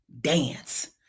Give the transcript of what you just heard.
dance